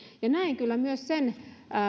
näen kyllä myös sen